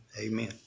amen